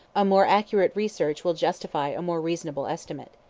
a more accurate research will justify a more reasonable estimate.